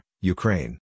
Ukraine